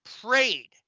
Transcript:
prayed